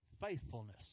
faithfulness